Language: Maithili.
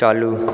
चालू